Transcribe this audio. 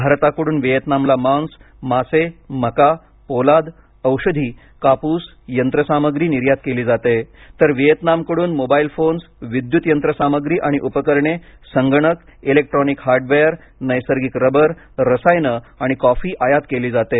भारताकडून विएतनामला मांस मासे मका पोलाद औषधी कापूस यंत्रसामग्री निर्यात केली जाते तर विएतनामकडून मोबाईल फोन्स विद्युत यंत्रसामग्री आणि उपकरणे संगणक इलेक्ट्रॉनिक हार्डवेअर नैसर्गिक रबर रसायनं आणि कॉफी आयात केली जाते